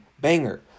banger